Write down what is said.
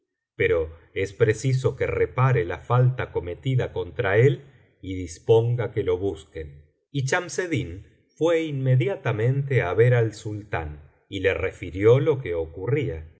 pero es preciso que repare la falta cometida contra él y disponga que lo busquen biblioteca valenciana generalitat valenciana historia del visir nureddin y chamseddin fué inmediatamente á ver al sultán y le refirió lo que ocurría